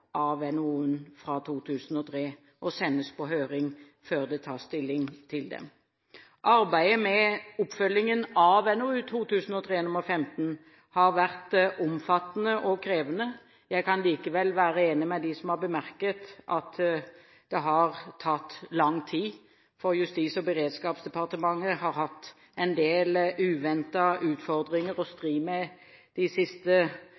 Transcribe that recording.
av NOU-en fra 2003, og sendes på høring, før det tas stilling til dem. Arbeidet med oppfølgingen av NOU 2003: 15 har vært omfattende og krevende. Jeg kan likevel være enig med dem som har bemerket at det har tatt lang tid. Justis- og beredskapsdepartementet har hatt en del uventete utfordringer å stri med de siste